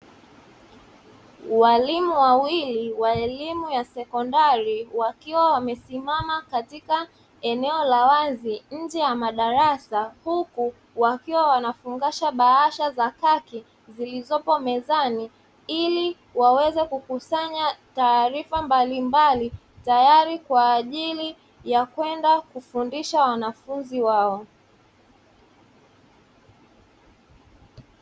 Walimu wawili wa elimu ya sekondari, wakiwa wamesimama katika eneo la wazi nje ya madarasa, huku wakiwa wanafungasha bahasha za kaki zilizoko mezani, ili waweze kukusanya taarifa mbalimbali tayari kwa ajili ya kwenda kufundisha wanafunzi wao.